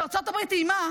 ארצות הברית איימה